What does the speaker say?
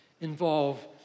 involve